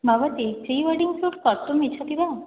भवती prewedding shoot कर्तुम् इच्छति वा